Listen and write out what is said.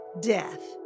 death